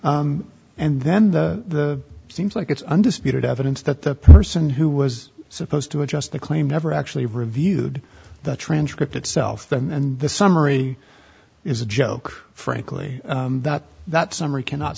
and then the seems like it's undisputed evidence that the person who was supposed to adjust the claim never actually reviewed the transcript itself and the summary is a joke frankly that that summary cannot